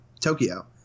Tokyo